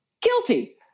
Guilty